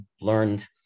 learned